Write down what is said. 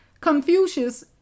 Confucius